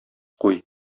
куй